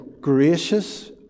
gracious